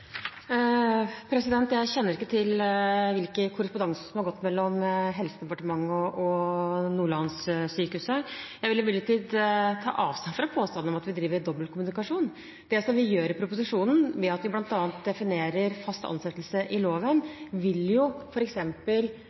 Jeg kjenner ikke til hvilken korrespondanse som har gått mellom Helsedepartementet og Nordlandssykehuset. Jeg vil imidlertid ta avstand fra påstanden om at vi driver dobbeltkommunikasjon. Det vi gjør i proposisjonen ved at vi bl.a. definerer fast ansettelse i loven, vil